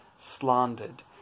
slandered